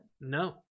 no